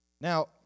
Now